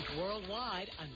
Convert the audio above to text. worldwide